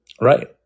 right